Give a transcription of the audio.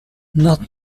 not